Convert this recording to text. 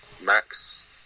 max